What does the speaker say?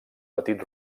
petit